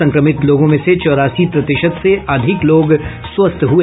संक्रमित लोगों में से चौरासी प्रतिशत से अधिक लोग स्वस्थ हुए